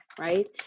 right